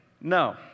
No